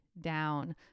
down